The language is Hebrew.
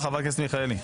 בבקשה, חברת הכנסת מיכאלי.